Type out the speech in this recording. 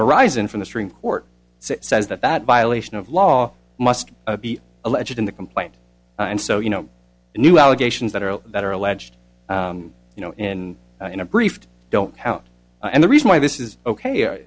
horizon from the stream court says that that violation of law must be alleged in the complaint and so you know new allegations that are that are alleged you know in in a brief don't count and the reason why this is ok or